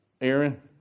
Aaron